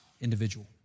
individual